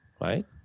right